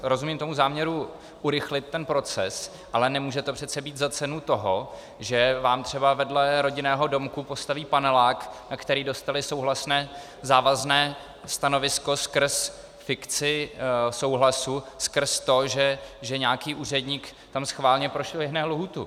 Rozumím záměru urychlit ten proces, ale nemůže to přece být za cenu toho, že vám třeba vedle rodinného domku postaví panelák, na který dostali souhlasné závazné stanovisko skrz fikci souhlasu, skrz to, že nějaký úředník tam schválně prošvihne lhůtu.